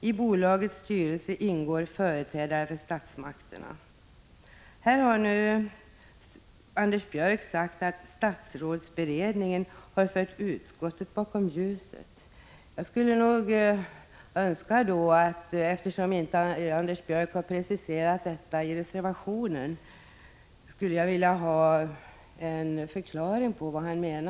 I bolagets styrelse ingår företrädare för statsmakterna. Här har nu Anders Björck sagt att statsrådsberedningen fört utskottet bakom ljuset. Eftersom Anders Björck inte har preciserat detta i reservationen skulle jag vilja ha en förklaring på vad han menar.